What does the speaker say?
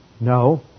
No